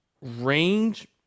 range